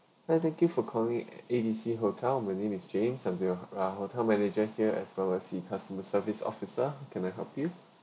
hi thank you for calling A B C hotel my name is james I'm a hotel manager here as well as the customer service officer can I help you